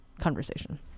conversation